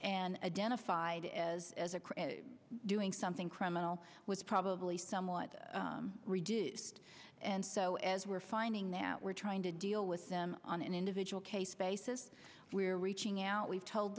and identified as doing something criminal was probably somewhat reduced and so as we're finding now we're trying to deal with them on an individual case basis we're reaching out we've told